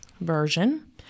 version